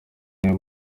iyihe